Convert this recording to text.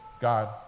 God